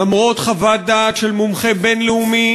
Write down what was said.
למרות חוות דעת של מומחה בין-לאומי